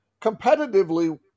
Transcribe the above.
competitively